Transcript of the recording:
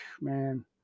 man